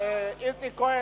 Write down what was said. איציק כהן,